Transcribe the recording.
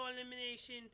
elimination